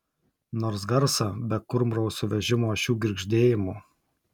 nors garsą be kurmrausio vežimo ašių girgždėjimo